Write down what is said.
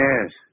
Yes